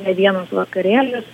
ne vienas vakarėlis